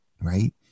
Right